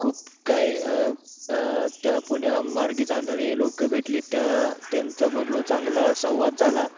खूप काही त्या पुण्या मार्गी जाणारे लोक भेटले त्या त्यांच्याबरोबर चांगला संवाद झाला